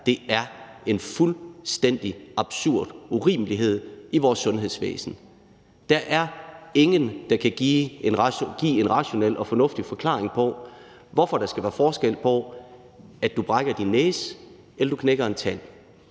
her er en fuldstændig absurd urimelighed i vores sundhedsvæsen. Der er ingen, der kan give en rationel og fornuftig forklaring på, hvorfor man skal være forskelligt stillet, alt efter om du har brækket din næse eller knækket en tand.